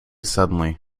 suddenly